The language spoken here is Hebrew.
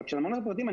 כשאני אומר פרטיים,